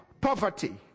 poverty